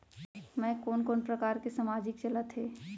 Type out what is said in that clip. मैं कोन कोन प्रकार के सामाजिक चलत हे?